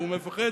והוא מפחד